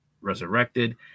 resurrected